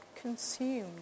consumed